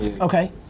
Okay